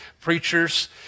preachers